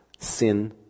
Sin